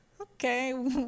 Okay